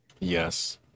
Yes